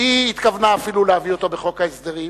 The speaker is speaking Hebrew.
שהיא התכוונה אפילו להביא אותו בחוק ההסדרים.